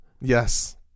Yes